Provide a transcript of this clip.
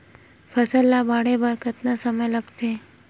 फसल ला बाढ़े मा कतना समय लगथे?